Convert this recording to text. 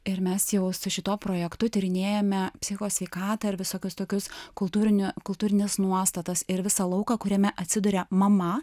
ir mes jau su šituo projektu tyrinėjame psichikos sveikatą ir visokius tokius kultūrinio kultūrines nuostatas ir visą lauką kuriame atsiduria mama